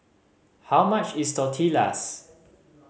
how much is Tortillas